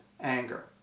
anger